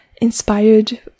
inspired